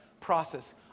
process